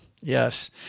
Yes